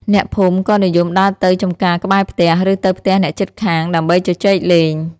អ្នកភូមិក៏និយមដើរទៅចម្ការក្បែរផ្ទះ ឬទៅផ្ទះអ្នកជិតខាងដើម្បីជជែកលេង។